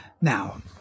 now